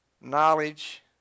knowledge